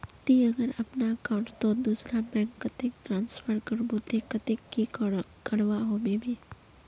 ती अगर अपना अकाउंट तोत दूसरा बैंक कतेक ट्रांसफर करबो ते कतेक की करवा होबे बे?